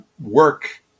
work